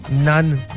none